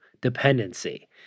dependency